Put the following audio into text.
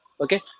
okay